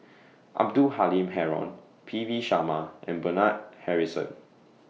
Abdul Halim Haron P V Sharma and Bernard Harrison